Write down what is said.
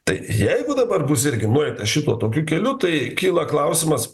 tai jeigu dabar bus irgi nueita šituo tokiu keliu tai kyla klausimas